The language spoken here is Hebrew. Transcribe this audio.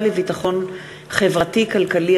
פ/1526/19 הצעת חוק המועצה לביטחון חברתי-כלכלי,